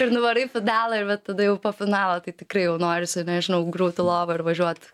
ir nuvarai į finalą ir vat tada jau po finalo tai tikrai jau norisi nežinau griūt į lovą ir važiuot